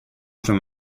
from